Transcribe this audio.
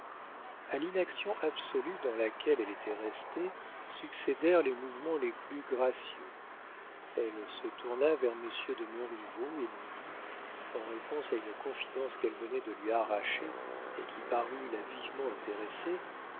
a l'inaction absolue dans laquelle elle était restée succédèrent les mouvements les plus gracieux elle se tourna vers monsieur de montriveau et lui dit en réponse à une confidence qu'elle venait de lui arracher et qui parut la vivement intéresser